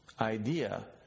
idea